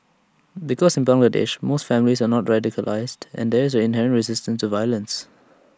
because in Bangladesh most families are not radicalised and there is an inherent resistance to violence